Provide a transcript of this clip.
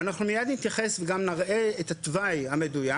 אנחנו מיד נתייחס וגם נראה את התוואי המדויק: